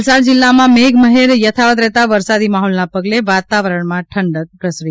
વલસાડ જિલ્લામાં મેઘમહેર યથાવત રહેતા વરસાદી માહોલનાં પગલે વાતાવરણમાં ઠંકડ પ્રસરી છે